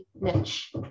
niche